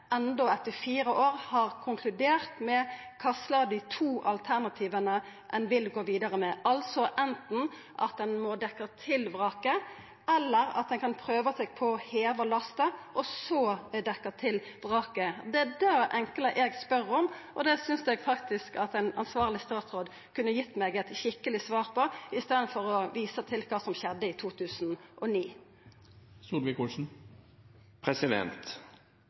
etter fire år, har konkludert med kva for eit av dei to alternativa ein vil gå vidare med – anten at ein må dekkja til vraket, eller at ein kan prøva seg på å heva lasta og så dekkja til vraket. Det er det enkle eg spør om, og det synest eg faktisk at ein ansvarleg statsråd kunne gitt meg eit skikkeleg svar på, i staden for å visa til kva som skjedde i 2009.